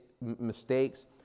mistakes